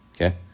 Okay